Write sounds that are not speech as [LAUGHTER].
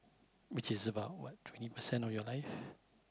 which is about what twenty percent of your life [BREATH]